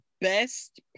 best